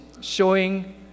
showing